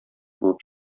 булып